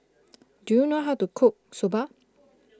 do you know how to cook Soba